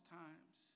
times